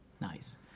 Nice